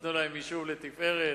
נתנו להם יישוב לתפארת.